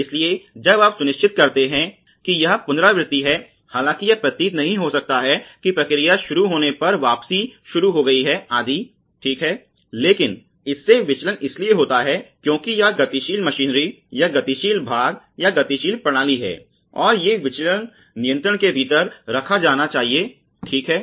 इसलिए जब आप सुनिश्चित करते हैं कि यह पुनरावृत्ति है हालांकि यह प्रतीत नहीं हो सकता है कि प्रक्रिया शुरू होने पर वापसी शुरू हो गई है आदि ठीक है लेकिन इससे विचलन इसलिए होता है क्योंकि यह एक गतिशील मशीनरी या गतिशील भाग या गतिशील प्रणाली है और ये विचलन नियंत्रण के भीतर रखा जाना चाहिए ठीक है